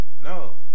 No